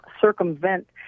circumvent